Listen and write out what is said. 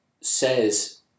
says